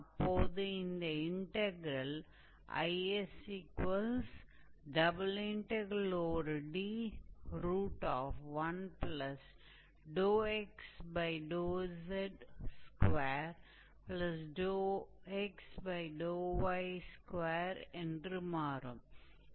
அப்போது இந்த இன்டக்ரெல் IsD1xz2xy2என்று மாறும்